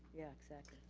yeah, exactly.